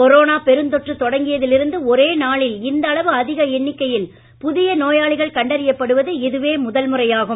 corona பெருந்தொற்று தொடங்கியதில் இருந்து ஒரே நாளில் இந்த அளவு அதிக எண்ணிக்கையில் புதிய நோயாளிகள் கண்டறியப்படுவது இதுவே முதல் முறையாகும்